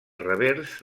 revers